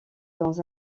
dans